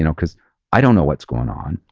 you know because i don't know what's going on.